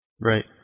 Right